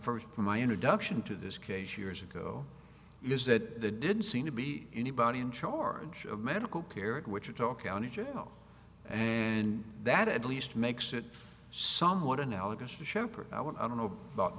from my introduction to this case years ago is that didn't seem to be anybody in charge of medical care at wichita county jail and that at least makes it somewhat analogous to sheppard i want i don't know about